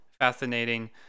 fascinating